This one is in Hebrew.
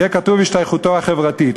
יהיה כתוב: "השתייכותו החברתית".